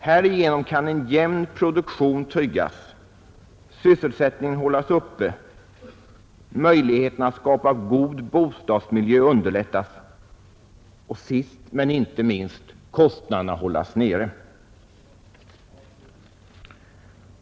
Härigenom kan en jämn produktion tryggas, sysselsättningen hållas uppe, möjligheterna att skapa god bostadsmiljö underlättas och, sist men inte minst, kostnaderna hållas nere.